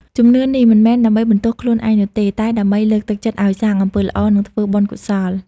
ជំនឿនេះមិនមែនដើម្បីបន្ទោសខ្លួនឯងនោះទេ តែដើម្បីលើកទឹកចិត្តឱ្យសាងអំពើល្អ និងធ្វើបុណ្យកុសល។